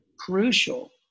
crucial